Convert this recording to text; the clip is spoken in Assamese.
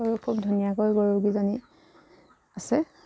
গৰু খুব ধুনীয়াকৈ গৰুকেইজনী আছে